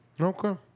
Okay